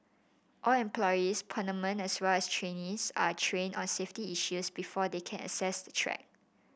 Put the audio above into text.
all employees permanent as well as trainees are trained on safety issues before they can access the track